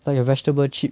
it's like a vegetable chip